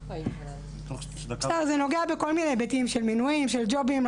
זה נוגע בכל מיני היבטים של מינויים, של ג'ובים.